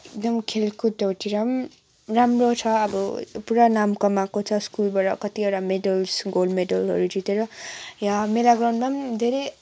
एकदम खेलकुदहरूतिर पनि राम्रो छ अब पुरा नाम कमाएको छ स्कुलबाट कतिवटा मेडलस् गोल्ड मेडलहरू जितेर यहाँ मेला ग्राउन्डमा पनि धेरै